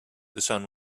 sun